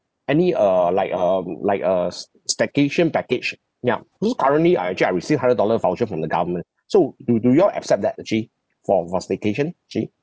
any uh like a like a s~ staycation package ah ya ni~ currently I actually I receive hundred dollar voucher from the government so you do do you all accept that actually for for staycation actually